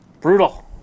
Brutal